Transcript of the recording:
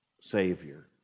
Savior